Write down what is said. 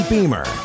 Beamer